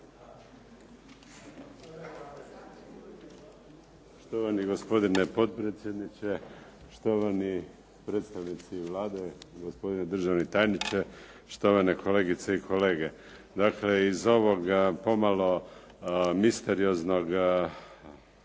Štovani gospodine potpredsjedniče, štovani predstavnici Vlade, Gospodnje državni tajniče, štovane kolegice i kolege. Dakle, iz ovoga pomalo misterioznog